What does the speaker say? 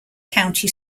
county